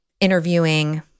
interviewing